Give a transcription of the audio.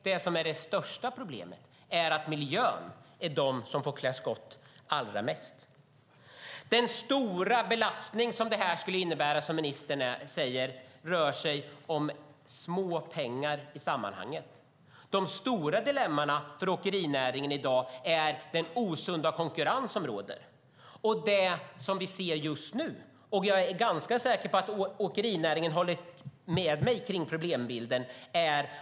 Det som är det största problemet är att miljön får klä skott allra mest. Den stora belastning som detta skulle innebära - och som ministern säger - rör sig om småpengar i sammanhanget. Det stora dilemmat för åkerinäringen i dag är den osunda konkurrens som råder och som vi kan se just nu. Jag är ganska säker på att åkerinäringen håller med mig om problembilden.